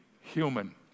human